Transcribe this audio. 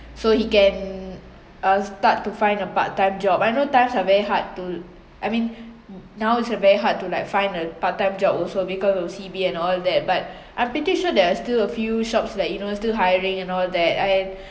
so he can uh start to find a part time job I know times are very hard to I mean now it's a very hard to like find a part time job also because of C_B and all that but I'm pretty sure there are still a few shops like you know still hiring and all that I